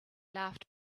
laughed